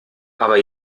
aber